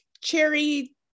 cherry